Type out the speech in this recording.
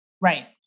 Right